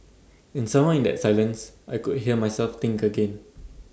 and somehow in that silence I could hear myself think again